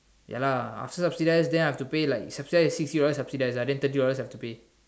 ya lah after subsidize then I have to pay like subsidize sixty dollars subsidize ah then thirty dollars I have to pay